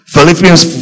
Philippians